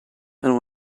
and